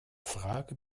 frage